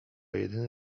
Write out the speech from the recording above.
jedyny